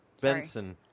Benson